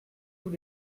tous